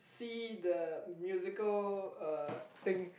see the musical uh thing